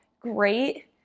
great